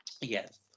Yes